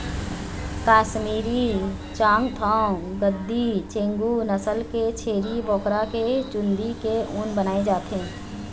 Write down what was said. कस्मीरी, चाँगथाँग, गद्दी, चेगू नसल के छेरी बोकरा के चूंदी के ऊन बनाए जाथे